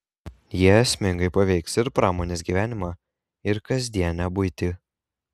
jie esmingai paveiks ir pramonės gyvenimą ir kasdienę buitį